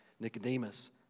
Nicodemus